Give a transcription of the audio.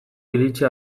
iritzi